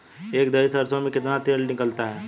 एक दही सरसों में कितना तेल निकलता है?